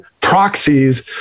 proxies